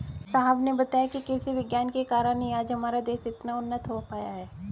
साहब ने बताया कि कृषि विज्ञान के कारण ही आज हमारा देश इतना उन्नत हो पाया है